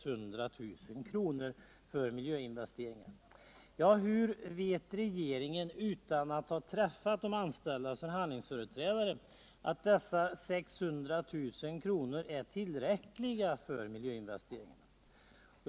Hur vet regeringen, utan att ha träffat de anställdas förhandlingsföreträdare. att dessa 600 000 kr. är tillräckliga för miljötnvesteringar?